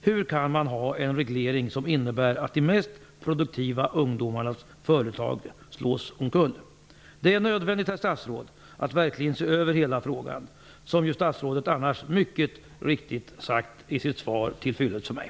Hur kan man ha en reglering som innebär att de mest produktiva ungdomarnas företag slås omkull? Det är nödvändigt, herr statsråd, att verkligen se över hela frågan, vilket ju statsrådet mycket riktigt har sagt i sitt svar, som är till fyllest för mig.